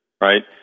right